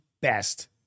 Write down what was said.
best